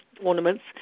ornaments